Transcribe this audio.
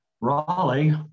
Raleigh